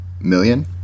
million